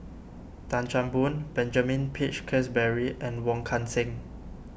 Tan Chan Boon Benjamin Peach Keasberry and Wong Kan Seng